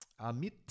Amit